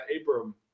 Abram